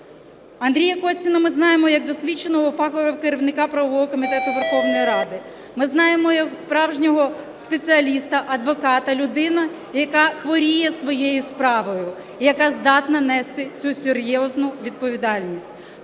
Андрія Костіна ми знаємо як досвідченого фахового керівника правового Комітету Верховної Ради. Ми знаємо його як справжнього спеціаліста, адвоката, людину, яка хворіє своєю справою і яка здатна нести цю серйозну відповідальність.